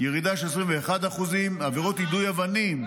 ירידה של 21%; עבירות יידוי אבנים,